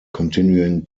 continuing